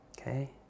Okay